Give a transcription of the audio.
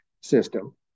system